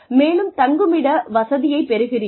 மேலும் தங்குமிட வசதியைப் பெறுகிறீர்கள்